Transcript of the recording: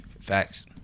Facts